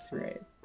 right